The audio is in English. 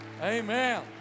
Amen